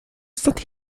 saint